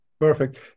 Perfect